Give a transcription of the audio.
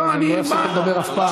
אז הם לא יפסיקו לדבר אף פעם.